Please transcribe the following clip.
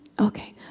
okay